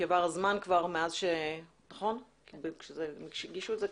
כי עבר זמן מאז שהגישו את זה,